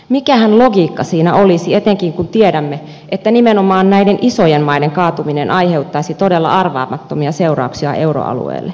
mikähän logiikka siinä olisi etenkin kun tiedämme että nimenomaan näiden isojen maiden kaatuminen aiheuttaisi todella arvaamattomia seurauksia euroalueelle